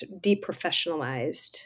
deprofessionalized